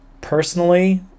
Personally